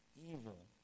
evil